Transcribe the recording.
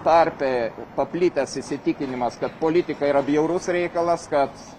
tarpe paplitęs įsitikinimas kad politika yra bjaurus reikalas kad